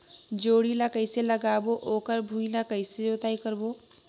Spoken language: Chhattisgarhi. जोणी ला कइसे लगाबो ओकर भुईं ला कइसे जोताई करबो?